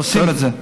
ועושים את זה.